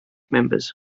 members